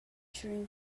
during